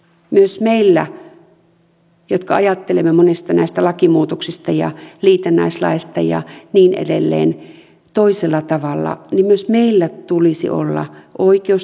myös meillä jotka ajattelemme monista näistä lakimuutoksista ja liitännäislaeista ja niin edelleen toisella tavalla tulisi olla oikeus sanoa mielipiteemme